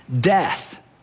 death